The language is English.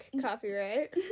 copyright